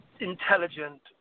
intelligent